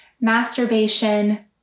masturbation